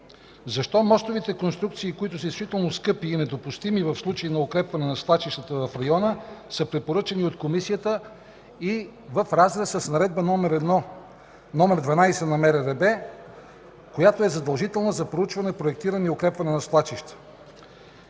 Защо мостовите конструкции, които са действително скъпи и недопустими в случай на укрепване на свлачищата в района, са препоръчани от Комисията и в разрез на Наредба № 12 на МРРБ, която е задължителна за проучване, проектиране и укрепване на свлачища?